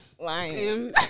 Lying